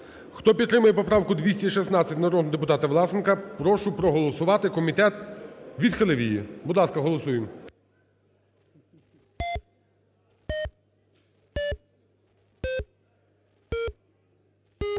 Хто підтримую поправку 216 народного депутата Власенка, прошу проголосувати. Комітет відхилив її. Будь ласка, голосуємо.